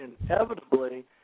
inevitably